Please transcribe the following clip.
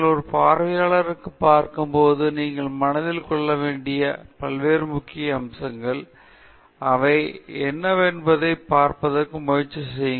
எனவே நீங்கள் ஒரு பார்வையாளர்களைப் பார்க்கும்போது நீங்கள் மனதில் கொள்ள வேண்டிய பல்வேறு முக்கிய அம்சங்கள் அவை என்னவென்பதைப் பார்ப்பதற்கு முயற்சி செய்யுங்கள்